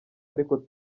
ariko